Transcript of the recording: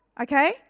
Okay